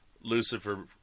Lucifer